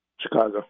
Chicago